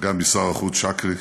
וגם משר החוץ שוכרי,